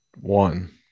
one